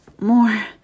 more